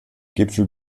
gipfel